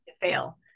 fail